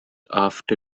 after